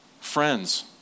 Friends